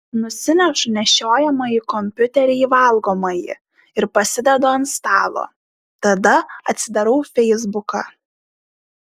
nusinešu nešiojamąjį kompiuterį į valgomąjį ir pasidedu ant stalo tada atsidarau feisbuką